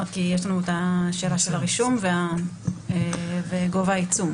כי יש לנו את השאלה של הרישום וגובה העיצום.